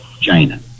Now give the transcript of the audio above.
China